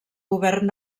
govern